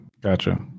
Gotcha